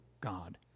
God